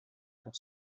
pour